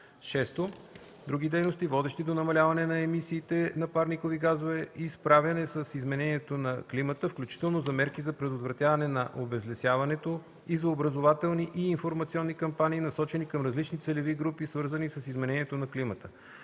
6. други дейности, водещи до намаляване на емисиите на парникови газове и справяне с изменението на климата, включително за мерки за предотвратяване на обезлесяването и за образователни и информационни кампании, насочени към различни целеви групи, свързани с изменението на климата.